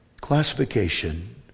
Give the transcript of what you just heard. classification